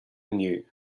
inniu